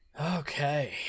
Okay